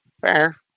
Fair